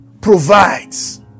provides